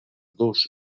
dos